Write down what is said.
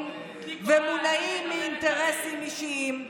לקיצוניים ומונעים מאינטרסים אישיים.